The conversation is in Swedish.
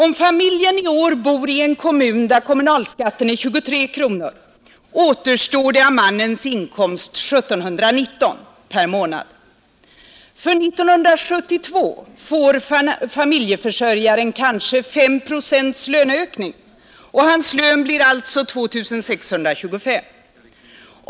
Om familjen i år bor i en kommun, där kommunalskatten är 23 kronor, återstår av mannens inkomst 1 719 kronor per månad. För 1972 får familjeförsörjaren kanske 5 procents löneökning och hans lön blir alltså 2 625 kronor per månad.